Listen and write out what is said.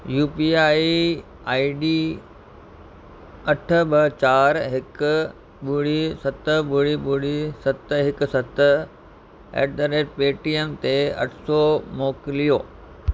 U P I I D अठ ॿ चार हिकु ॿुड़ी सत ॿुड़ी ॿुड़ी सत हिकु सत ऐट द रेट पेटीएम ते अठ सौ मोकिलियो